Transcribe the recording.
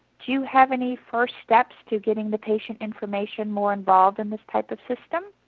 do you have any first steps to getting the patient information more involved in this type of system?